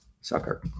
sucker